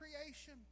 creation